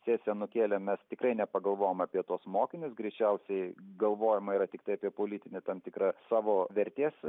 sesiją nukėlę mes tikrai nepagalvojom apie tuos mokinius greičiausiai galvojama yra tiktai apie politinį tam tikrą savo vertės